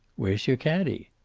where's your caddie?